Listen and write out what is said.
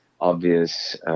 obvious